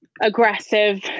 aggressive